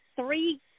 three